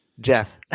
Jeff